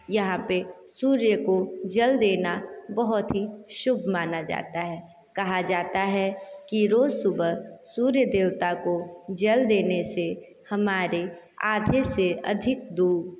यहाँ पर सूर्य को जल देना बहुत ही शुभ माना जाता है कहा जाता है कि रोज़ सुबह सूर्य देवता को जल देने से हमारी आधे से अधिक दु ख